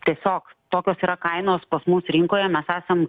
tiesiog tokios yra kainos pas mus rinkoje mes esam